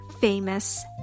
famous